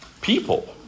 people